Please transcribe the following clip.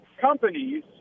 companies